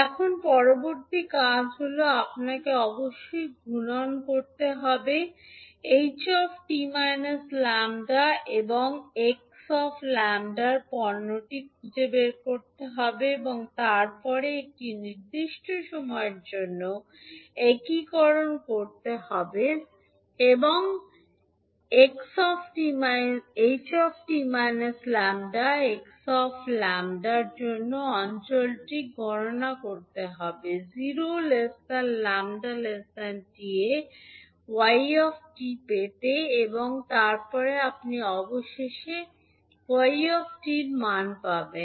এখন পরবর্তী কাজটি হল আপনাকে অবশ্যই গুণন করতে হবে ℎ 𝑡 𝜆 এবং 𝑥 𝜆 এর পণ্যটি খুঁজে বের করতে হবে এবং তারপরে একটি নির্দিষ্ট সময়ের জন্য একীকরণ করতে হবে এবং under 𝑡 𝜆 𝑥 𝜆 এর জন্য অঞ্চলটি গণনা করতে হবে 0 𝜆 𝑡 এ 𝑦 𝑡 পেতে এবং তারপরে আপনি অবশেষে 𝑦 𝑡 এর মান পাবেন